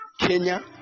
Kenya